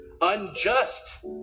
unjust